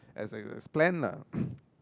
as I plan lah